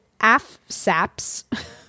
AFSAPS